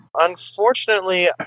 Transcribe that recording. Unfortunately